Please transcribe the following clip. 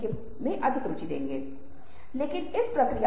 हमें सहानुभूति की आवश्यकता क्यों है